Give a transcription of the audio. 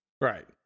Right